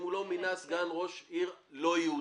אם הוא לא מינה סגן ראש עיר לא יהודי.